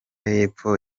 y’epfo